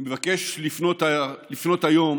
אני מבקש לפנות היום